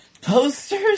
posters